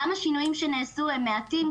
גם השינויים שנעשו הם מעטים,